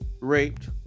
raped